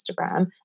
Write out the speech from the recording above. Instagram